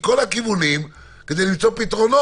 וכל המטרה של מניעת חשיפת העצור עם